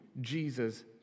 Jesus